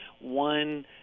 one